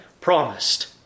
promised